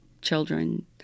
children